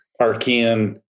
Archean